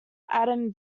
adam